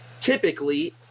Typically